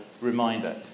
Reminder